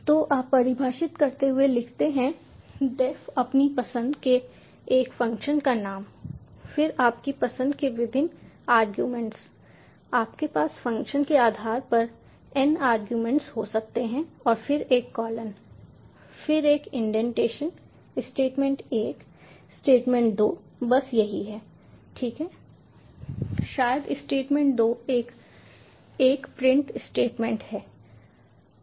तो आप परिभाषित करते हुए लिखते हैं डेफ अपनी पसंद के एक फ़ंक्शन का नाम फिर आपकी पसंद के विभिन्न आरगुमेंट्स आपके पास फ़ंक्शन के आधार पर n आरगुमेंट्स हो सकते हैं और फिर एक कॉलन फिर एक इंडेंटेशन स्टेटमेंट एक स्टेटमेंट 2 बस यही है ठीक है शायद स्टेटमेंट 2 एक प्रिंट स्टेटमेंट है